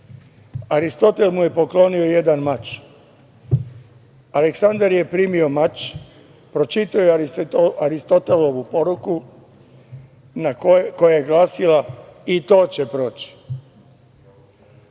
Aristotel mu je poklonio jedan mač. Aleksandar je primio mač, pročitao je Aristotelovu poruku koja je glasila - I to će proći.